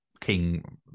King